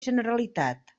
generalitat